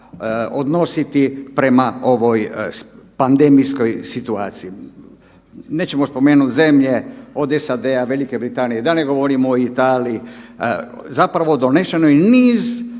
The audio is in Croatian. odnositi prema ovoj pandemijskoj situaciji. Nećemo spomenuti zemlje od SAD-a, Velike Britanije, da ne govorimo o Italiji zapravo donešeno je niz